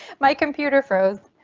my computer froze.